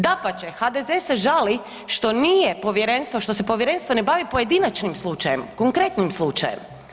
Dapače, HDZ se žali što nije povjerenstvo, što se povjerenstvo ne bavi pojedinačnim slučajem, konkretnim slučajem.